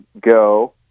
go